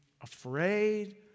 afraid